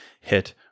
hit